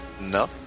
No